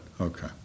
Okay